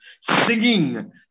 singing